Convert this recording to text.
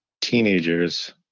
teenagers